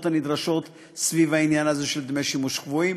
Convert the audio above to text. הנדרשות סביב העניין הזה של דמי שימוש קבועים.